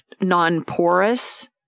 non-porous